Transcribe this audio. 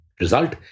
Result